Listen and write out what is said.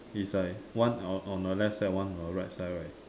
is like one on on the left one on the right side right